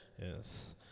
Yes